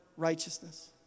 righteousness